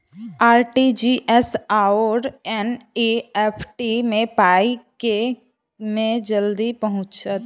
RTGS आओर NEFT मे पाई केँ मे जल्दी पहुँचत?